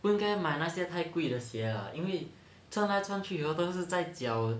不应该买那些太贵的鞋 lah 因为穿来穿去都是在脚